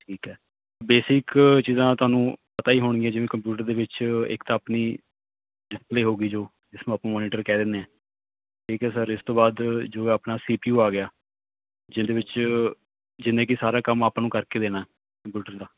ਠੀਕ ਹੈ ਬੇਸਿਕ ਚੀਜ਼ਾਂ ਤੁਹਾਨੂੰ ਪਤਾ ਹੀ ਹੋਣਗੀਆਂ ਜਿਵੇਂ ਕੰਪਿਊਟਰ ਦੇ ਵਿੱਚ ਇੱਕ ਤਾਂ ਆਪਣੀ ਡਿਸਪਲੇ ਹੋ ਗਈ ਜੋ ਜਿਸ ਨੂੰ ਆਪਾਂ ਮੋਨੀਟਰ ਕਹਿ ਦਿੰਦੇ ਹਾਂ ਠੀਕ ਹੈ ਸਰ ਇਸ ਤੋਂ ਬਾਅਦ ਜੋ ਆਪਣਾ ਸੀ ਪੀ ਯੂ ਆ ਗਿਆ ਜਿਹਦੇ ਵਿਚ ਜਿਹਨੇ ਕੇ ਸਾਰਾ ਕੰਮ ਆਪਾਂ ਨੂੰ ਕਰਕੇ ਦੇਣਾ ਕੰਪਿਊਟਰ ਦਾ